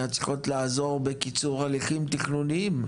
צריכות לעזור בקיצור הליכים תכנוניים,